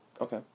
Okay